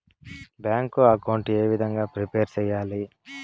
Bank account ఏ విధంగా prepare సెయ్యాలి?